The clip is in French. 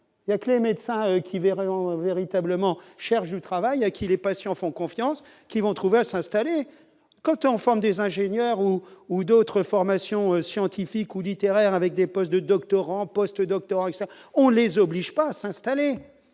il y a plein médecin qui en véritablement travail à qui les patients font confiance, qui vont trouver à s'installer quand on forme des ingénieurs ou ou d'autres formations scientifiques ou littéraires avec des poches de doctorants post-doctorants, ça on les oblige pas s'installer,